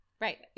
Right